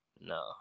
no